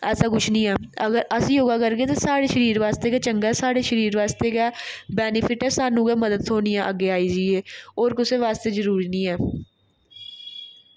ऐसा कुछ नेईं ऐ अगर अस योगा करगे ते साढ़े शरीर बास्तै गै चंगा ऐ साढ़े शरीर बास्तै गै बैनीफिट ऐ सानूं गै मदद थ्होनी ऐ अग्गें आई जाइयै होर कुसै आस्तै जरुरी नेईं ऐ